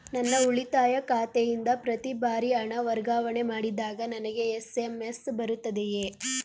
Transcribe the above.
ನನ್ನ ಉಳಿತಾಯ ಖಾತೆಯಿಂದ ಪ್ರತಿ ಬಾರಿ ಹಣ ವರ್ಗಾವಣೆ ಮಾಡಿದಾಗ ನನಗೆ ಎಸ್.ಎಂ.ಎಸ್ ಬರುತ್ತದೆಯೇ?